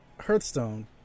Hearthstone